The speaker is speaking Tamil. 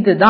இதுதான்